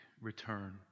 Return